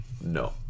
no